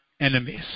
enemies